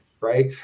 Right